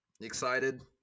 Excited